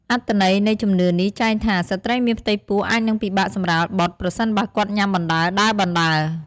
អត្ថន័យនៃជំនឿនេះចែងថា ស្ត្រីមានផ្ទៃពោះអាចនឹងពិបាកសម្រាលបុត្រ ប្រសិនបើគាត់ញ៉ាំបណ្តើរដើរបណ្តើរ។